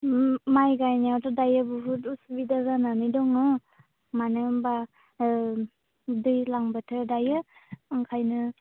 माइ गायनायावथ' दायो बहुत असुबिदा जानानै दङ मानो होनबा दैज्लां बोथोर दायो ओंखायनो